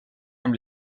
amb